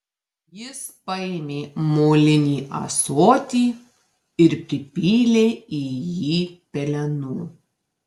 jis paėmė molinį ąsotį ir pripylė į jį pelenų